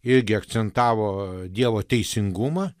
irgi akcentavo dievo teisingumą